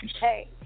hey